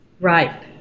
right